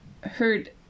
heard